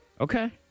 Okay